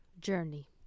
Journey